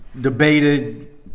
debated